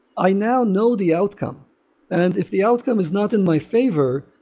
i now know the outcome and if the outcome is not in my favor,